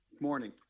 morning